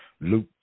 Luke